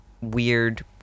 weird